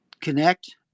Connect